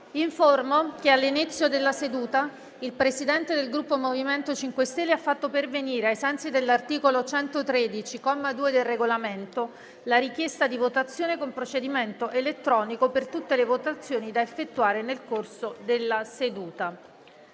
che all'inizio della seduta il Presidente del Gruppo MoVimento 5 Stelle ha fatto pervenire, ai sensi dell'articolo 113, comma 2, del Regolamento, la richiesta di votazione con procedimento elettronico per tutte le votazioni da effettuare nel corso della seduta.